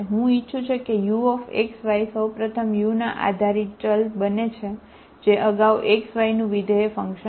હું ઇચ્છું છું કે u સૌ પ્રથમ u ના આધારિત ચલ બને જે અગાઉ નું વિધેય છે બરાબર